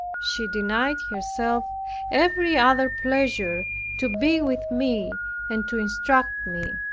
she denied herself every other pleasure to be with me and to instruct me.